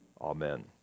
Amen